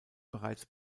bereits